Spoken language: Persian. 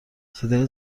صدای